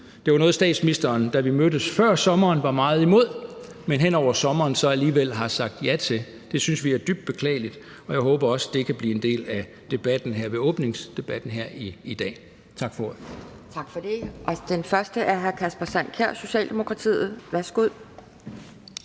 Det var noget statsministeren, da vi mødtes før sommeren, var meget imod, men hen over sommeren så alligevel har sagt ja til. Det synes vi er dybt beklageligt, og jeg håber også, det kan blive en del af debatten her ved åbningsdebatten i dag. Tak for ordet.